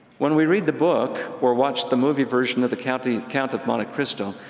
when we read the book, or watch the movie version of the count the count of monte cristo,